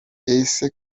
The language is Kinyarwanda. ese